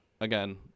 again